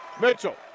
Mitchell